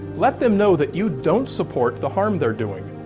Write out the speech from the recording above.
let them know that you don't support the harm they're doing.